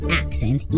accent